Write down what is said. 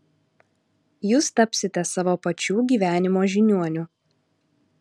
jūs tapsite savo pačių gyvenimo žiniuoniu